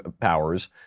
powers